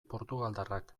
portugaldarrak